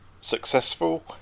successful